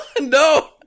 No